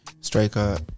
Striker